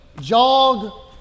jog